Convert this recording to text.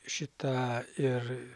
šita ir